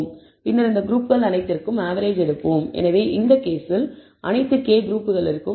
பின்னர் இந்த குரூப்கள் அனைத்திற்கும் ஆவரேஜ் எடுப்போம் எனவே இந்த கேஸில் அனைத்து k குரூப்க்களிற்க்கும் எம்